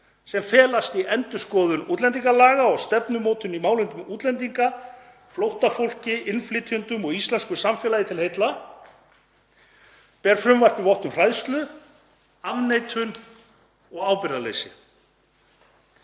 sem felast í endurskoðun útlendingalaga og stefnumótun í málefnum útlendinga, flóttafólki, innflytjendum og íslensku samfélagi til heilla, ber frumvarpið vott um hræðslu, afneitun og ábyrgðarleysi.